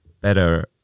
better